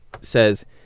says